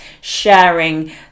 sharing